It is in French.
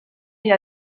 est